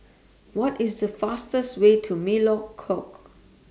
What IS The fastest Way to Melekeok